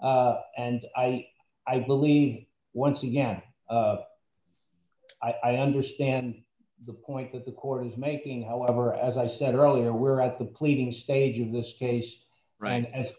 and i believe once again i understand the point that the court is making however as i said earlier we're at the pleading stage in this case right a